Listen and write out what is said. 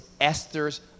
Esther's